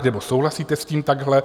Nebo souhlasíte s tím takhle?